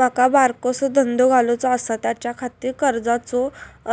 माका बारकोसो धंदो घालुचो आसा त्याच्याखाती कर्जाचो